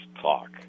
talk